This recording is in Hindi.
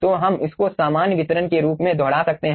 तो हम इसको सामान्य वितरण के रूप में दोहरा सकते हैं